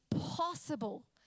possible